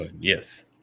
yes